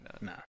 No